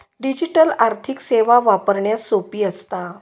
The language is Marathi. डिजिटल आर्थिक सेवा वापरण्यास सोपी असता